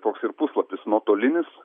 toks ir puslapis nuotolinis